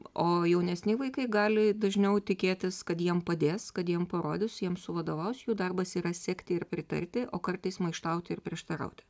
o jaunesni vaikai gali dažniau tikėtis kad jiem padės kad jiem parodys jiem suvadovaus jų darbas yra sekti ir pritarti o kartais maištauti ir prieštarauti